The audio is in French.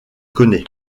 connaît